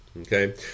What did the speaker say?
Okay